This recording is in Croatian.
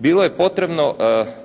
bilo je potrebno